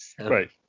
Right